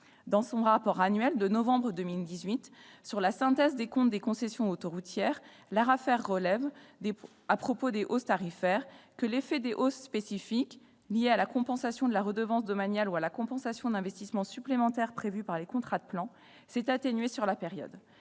Dans son rapport annuel de novembre 2018 sur la synthèse des comptes des concessions autoroutières, l'Arafer relève à propos des hausses tarifaires que :« L'effet des hausses spécifiques- liées à la compensation de la redevance domaniale ou à la compensation d'investissements supplémentaires prévus par les contrats de plan -s'est atténué sur la période.